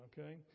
okay